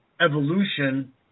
evolution